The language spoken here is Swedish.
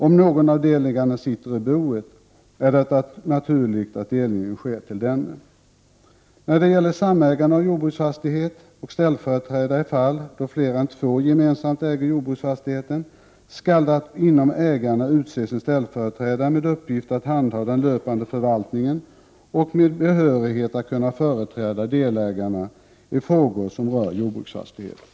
Om någon av delägarna sitter i boet, är det naturligt att delgivningen sker till denne. När det gäller samägande av jordbruksfastighet och ställföreträdare i fall där fler än två gemensamt äger jordbruksfastigheten skall det inom ägarna utses en ställföreträdare med uppgift att handha den löpande förvaltningen och med behörighet att företräda delägarna i frågor som rör jordbruksfastigheten.